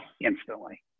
instantly